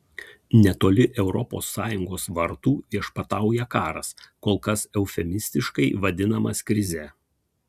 netoli europos sąjungos vartų viešpatauja karas kol kas eufemistiškai vadinamas krize